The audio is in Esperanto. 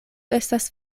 estas